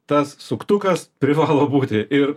tas suktukas privalo būti ir